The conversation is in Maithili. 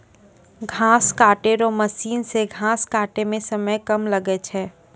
घास काटै रो मशीन से घास काटै मे समय कम लागै छै